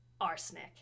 arsenic